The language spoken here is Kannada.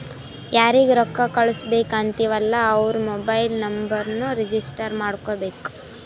ಯಾರಿಗ ರೊಕ್ಕಾ ಕಳ್ಸುಬೇಕ್ ಅಂತಿವ್ ಅಲ್ಲಾ ಅವ್ರ ಮೊಬೈಲ್ ನುಂಬರ್ನು ರಿಜಿಸ್ಟರ್ ಮಾಡ್ಕೋಬೇಕ್